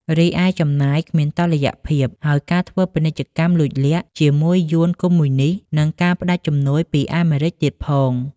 រីឯចំណាយគ្មានតុល្យភាព ហើយការធ្វើពាណិជ្ជកម្មលួចលាក់ជាមួយយួនកុម្មុយនីស្ស និងការផ្តាច់ជំនួយពីអាមេរិចទៀតផង។